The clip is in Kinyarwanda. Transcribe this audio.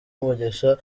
umugisha